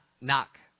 knock